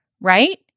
right